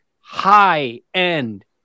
high-end